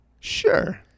Sure